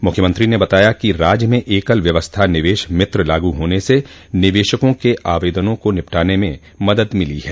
मुख्यमंत्री ने बताया कि राज्य में एकल व्यवस्था निवेश मित्र लागू होने से निवेशकों के आवेदनों को निपटाने में मदद मिली है